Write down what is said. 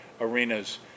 arenas